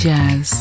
Jazz